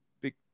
big